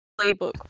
playbook